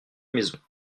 maisons